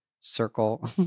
circle